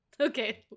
Okay